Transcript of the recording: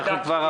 בוקר טוב.